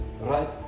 right